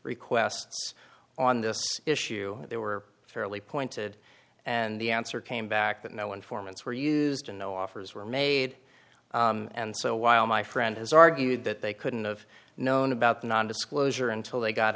requests on this issue they were fairly pointed and the answer came back that no informants were used and no offers were made and so while my friend has argued that they couldn't of known about the non disclosure until they got